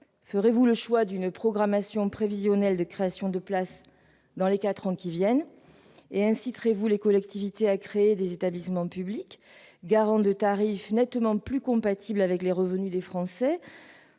ferez-vous le choix d'une programmation prévisionnelle de création de places dans les quatre ans qui viennent, et inciterez-vous ainsi les collectivités à créer des établissements publics, garants de tarifs nettement plus compatibles avec les revenus des Français,